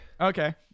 Okay